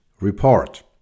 report